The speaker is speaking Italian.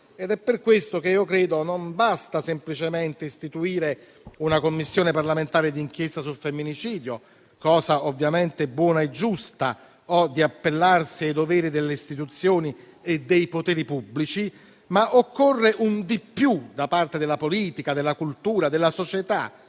È per questo che a mio avviso non basta semplicemente istituire una Commissione parlamentare d'inchiesta sul femminicidio - cosa ovviamente buona e giusta - o appellarsi ai doveri delle istituzioni e dei poteri pubblici, ma occorre qualcosa in più da parte della politica, della cultura, della società